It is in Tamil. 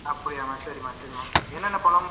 அப்படியா சரிம்மா சரிம்மா என்னென்ன பழம்